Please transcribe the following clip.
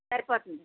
సరిపోతుంది